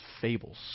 fables